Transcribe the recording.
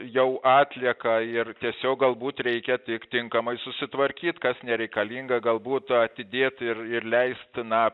jau atlieka ir tiesiog galbūt reikia tik tinkamai susitvarkyt kas nereikalinga galbūt atidėt ir ir leist na